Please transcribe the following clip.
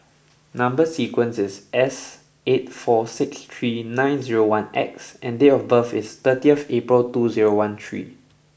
number sequence is S eight four six three nine zero one X and date of birth is thirtieth April two zero one three